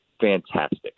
fantastic